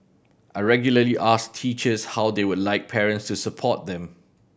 I regularly ask teachers how they would like parents to support them